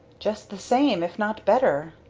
just the same if not better.